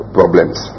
problems